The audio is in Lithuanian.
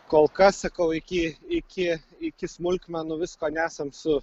kol kas sakau iki iki iki smulkmenų visko nesam su